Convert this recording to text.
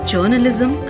Journalism